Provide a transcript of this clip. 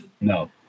No